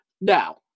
Now